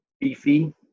beefy